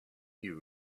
you